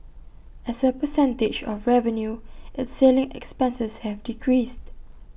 as A percentage of revenue its selling expenses have decreased